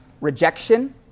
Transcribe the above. rejection